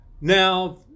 Now